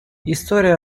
история